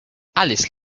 alice